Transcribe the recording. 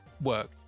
work